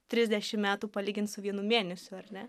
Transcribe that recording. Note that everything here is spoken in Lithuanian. trisdešim metų palygint su vienu mėnesiu ar ne